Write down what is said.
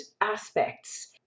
aspects